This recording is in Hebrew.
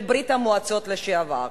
ברית-המועצות לשעבר.